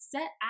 Set